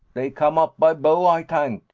dey come up by bow, ay tank.